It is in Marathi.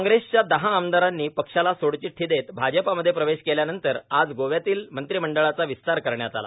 काँग्रेसच्या दहा आमदारांनी पक्षाला सोडचिठ्ठी देत भाजपामध्ये प्रवेश केल्यानंतर आज गोव्यातील मंत्रिमंडळाचा विस्तार करण्यात आला